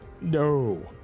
no